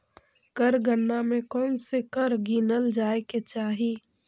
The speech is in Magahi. कर गणना में कौनसे कर गिनल जाए के चाही